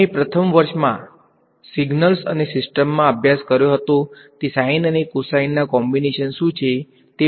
તમે પ્રથમ વર્ષમાં સિગ્નલ્સ અને સિસ્ટમ્સમાં અભ્યાસ કર્યો હતો તે Sine અને cos ના કોમ્બીનેશન શું છે તે વધુ જટિલ નથી